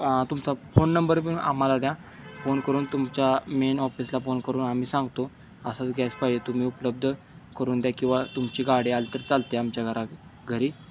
तुमचा phone number पन आम्हाला द्या फोन करून तुमच्या मेन ऑफिसला फोन करून आम्ही सांगतो असंच गॅस पाहिजे तुम्ही उपलब्ध करून द्या किंवा तुमची गाडी आली तर चालतं आहे आमच्या घरा घरी